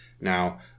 Now